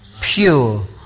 pure